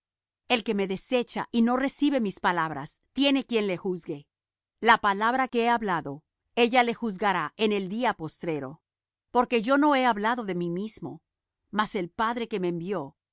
el que me desecha y no recibe mis palabras tiene quien le juzgue la palabra que he hablado ella le juzgará en el día postrero porque yo no he hablado de mí mismo mas el padre que me envió